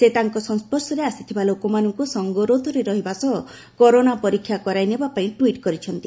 ସେ ତାଙ୍କ ସଂସ୍କର୍ଶରେ ଆସିଥିବା ଲୋକମାନଙ୍କୁ ସଙ୍ଗରୋଧରେ ରହିବା ସହ କରୋନା ପରୀକ୍ଷା କରାଇ ନେବାପାଇଁ ଟ୍ୱିଟ୍ କରିଛନ୍ତି